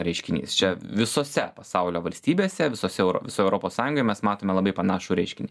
reiškinys čia visose pasaulio valstybėse visose visoj europos sąjungoj mes matome labai panašų reiškinį